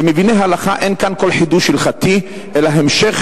למביני הלכה אין כאן כל חידוש הלכתי אלא המשך